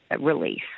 release